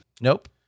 Nope